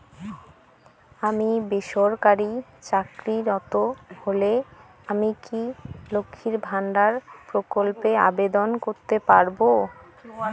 আমি বেসরকারি চাকরিরত হলে আমি কি লক্ষীর ভান্ডার প্রকল্পে আবেদন করতে পারব?